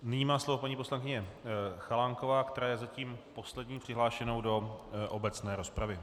Nyní má slovo paní poslankyně Chalánková, která je zatím poslední přihlášenou do obecné rozpravy.